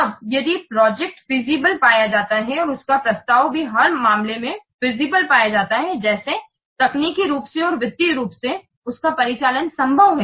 तब यदि project feasible पाया जाता है और उसका प्रस्ताव भी हर मामले में फैसिबले पाया जाता है जैसे तकनीकी रूप से और वित्तीय रूप से उसका परिचालन संभव है